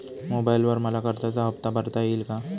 मोबाइलवर मला कर्जाचा हफ्ता भरता येईल का?